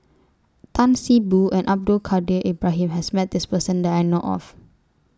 Tan See Boo and Abdul Kadir Ibrahim has Met This Person that I know of